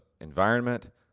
environment